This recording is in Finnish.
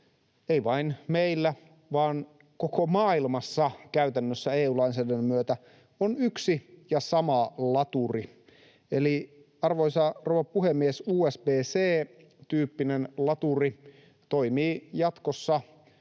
ei vain meillä vaan käytännössä koko maailmassa EU-lainsäädännön myötä on yksi ja sama laturi. Eli, arvoisa rouva puhemies, USBC-tyyppinen laturi toimii jatkossa